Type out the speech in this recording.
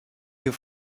you